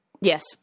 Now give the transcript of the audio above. Yes